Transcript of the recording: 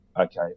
okay